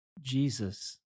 Jesus